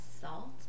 salt